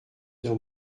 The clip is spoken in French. dans